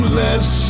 less